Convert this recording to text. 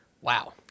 Wow